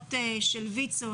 המעונות של ויצ"ו,